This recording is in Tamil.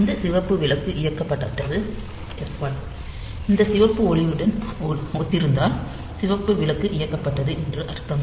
இந்த சிவப்பு விளக்கு இயக்கப்பட்டது s1 இந்த சிவப்பு ஒளியுடன் ஒத்திருந்தால் சிவப்பு விளக்கு இயக்கப்பட்டது என்று அர்த்தம்